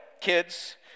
kids